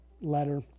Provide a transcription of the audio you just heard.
letter